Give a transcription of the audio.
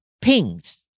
pings